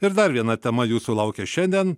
ir dar viena tema jūsų laukia šiandien